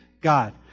God